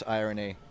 irony